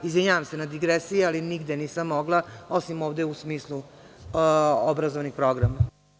Izvinjavam se na digresiji, ali nigde nisam mogla, osim ovde u smislu obrazovnih programa.